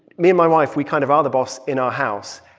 me and my wife, we kind of are the boss in our house.